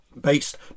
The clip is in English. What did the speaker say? Based